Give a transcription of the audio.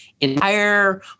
entire